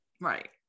Right